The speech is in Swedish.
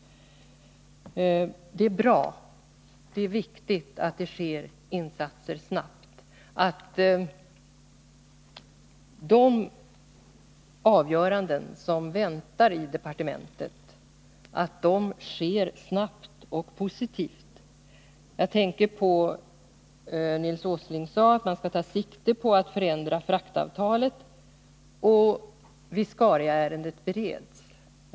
Det är viktigt att det sker insatser snabbt och att de avgöranden som väntar i departementet kommer snabbt och blir positiva. Nils Åsling sade att man skall ta sikte på att förändra fraktavtalet och att Viscariaärendet bereds.